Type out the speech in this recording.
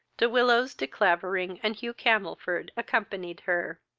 de willows, de clavering, and hugh camelford accompanied her.